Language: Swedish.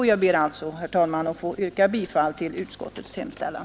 Jag ber alltså, herr talman, att få yrka bifall till utskottets hemställan.